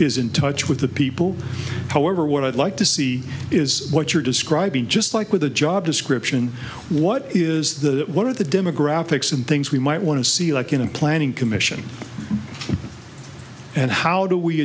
is in touch with the people however what i'd like to see is what you're describing just like with a job description what is that what are the demographics and things we might want to see like in a planning commission and how do we